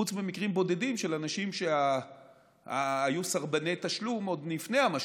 חוץ ממקרים בודדים של אנשים שהיו סרבני תשלום עוד לפני המשבר,